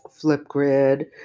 Flipgrid